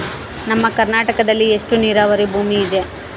ನಮ್ಮ ಕರ್ನಾಟಕದಲ್ಲಿ ಎಷ್ಟು ನೇರಾವರಿ ಭೂಮಿ ಇದೆ?